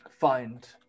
Find